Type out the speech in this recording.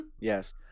yes